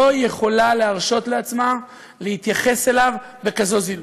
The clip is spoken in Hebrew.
לא יכולה להרשות לעצמה להתייחס אליו בכזאת זילות.